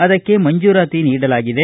ಅದಕ್ಕೆ ಮಂಜೂರಾತಿ ನೀಡಲಾಗಿದೆ